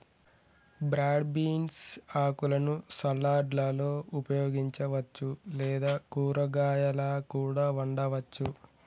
broad beans ఆకులను సలాడ్లలో ఉపయోగించవచ్చు లేదా కూరగాయాలా కూడా వండవచ్చు